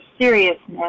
seriousness